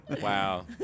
Wow